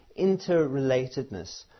interrelatedness